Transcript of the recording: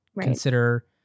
consider